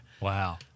Wow